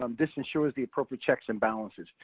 um this ensures the appropriate checks and balances.